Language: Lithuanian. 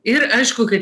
ir aišku kad